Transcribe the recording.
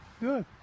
Good